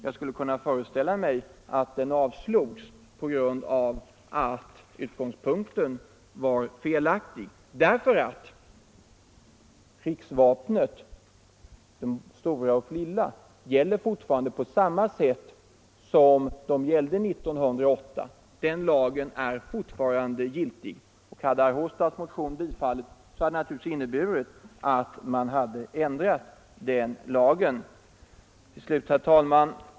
Jag skulle kunna föreställa mig att den avslogs på grund av att utgångspunkten varit felaktig därför att bestämmelserna om riksvapnen, det stora och det lilla, gäller fortfarande på samma sätt som de gällde 1908. Den lagen är fortfarande giltig. Om herr Håstads motion bifallits hade det naturligtvis inneburit att man ändrat den lagen. Till slut, herr talman!